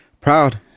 Proud